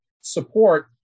support